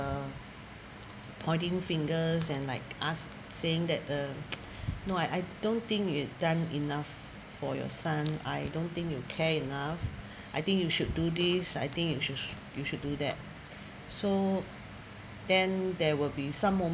the pointing fingers and like ask saying that uh no I I don't think you'd done enough for your son I don't think you care enough I think you should do this I think you should you should do that so then there will be some